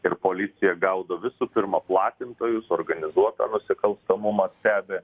ir policija gaudo visų pirma platintojus organizuotą nusikalstamumą stebi